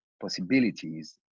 possibilities